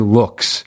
looks